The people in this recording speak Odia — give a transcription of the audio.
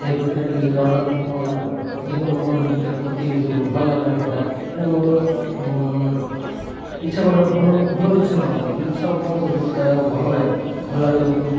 ସେ ଭିତରେ ଟିକେ ଡର ଲାଗେ କ'ଣ ନା ଅଧିକ ଲୋକମାନଙ୍କୁ ଟିକେ କ୍ଷତି ଯୋଉ ଭଲ ଲାଗୁନି ସେଇଟା ସେଇଟା ମୋର ଇଚ୍ଛା ଗୋଟେ ଭଲ ଭଲ ଇଚ୍ଛା ବୋଲି ଇଚ୍ଛା ଆଉ କ'ଣ କରିବି ସେଇଟା ଭଲ ନାହିଁ ଭଲ ଲାଗୁନ